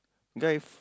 dive